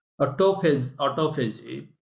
autophagy